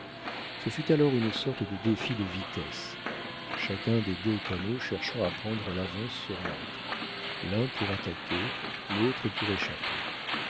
ce fut alors une sorte de défi de vitesse chacun des deux canots cherchant à prendre l'avance sur l'autre l'un pour attaquer l'autre pour échapper